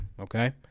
Okay